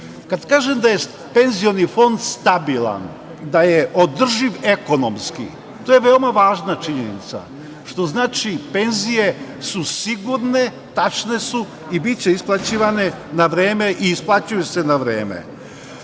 kažem da je penzioni fond stabilan, da je održiv ekonomski, to je veoma važna činjenica, što znači da su penzije sigurne, tačne su, biće isplaćivane na vreme i isplaćuju se na vreme. Kad